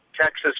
Texas